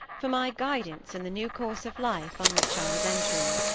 for my guidance in the new course of life on which i was entering.